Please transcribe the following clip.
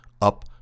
up